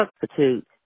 substitute